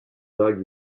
dog